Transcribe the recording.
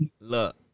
Look